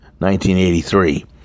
1983